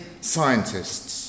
scientists